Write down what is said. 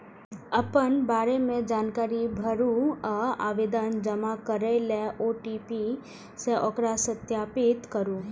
अपना बारे मे जानकारी भरू आ आवेदन जमा करै लेल ओ.टी.पी सं ओकरा सत्यापित करू